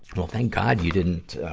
well, thank god you didn't, ah,